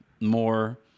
more